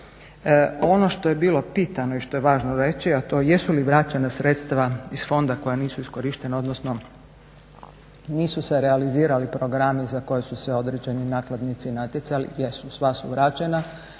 Ono što je bilo pitano i što je važno reći, a to je jesu li vraćena sredstva iz fonda koja nisu iskorištena, odnosno nisu se realizirali programi za koje su se određeni nakladnici natjecali. Jesu, sva su vraćena